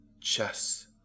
Chess